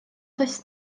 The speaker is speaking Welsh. does